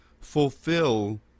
fulfill